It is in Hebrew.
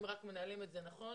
אם רק מנהלים את זה נכון.